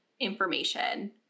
information